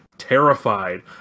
terrified